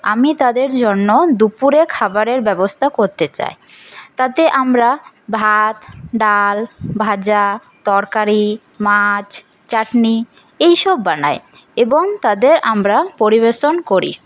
আমি তাঁদের জন্য দুপুরের খাবারের ব্যবস্থা করতে যাই তাতে আমরা ভাত ডাল ভাজা তরকারি মাছ চাটনি এইসব বানাই এবং তাঁদের আমরা পরিবেশন করি